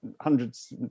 hundreds